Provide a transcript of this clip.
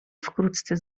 wkrótce